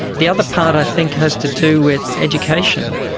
the other part i think has to do with education.